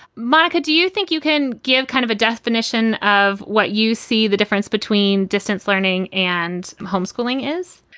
monica, do you think you can give kind of a definition of what you see the difference between distance learning and homeschooling is?